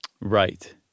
Right